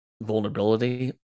vulnerability